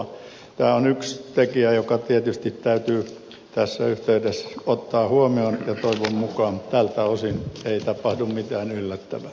tämä on yksi tekijä joka tietysti täytyy tässä yhteydessä ottaa huomioon ja toivon mukaan tältä osin ei tapahdu mitään yllättävää